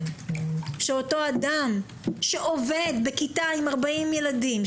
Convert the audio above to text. שאותו אדם שעובד בכיתה עם 40 ילדים,